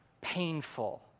painful